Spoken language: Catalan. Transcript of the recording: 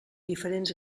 diferents